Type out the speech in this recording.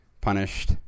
punished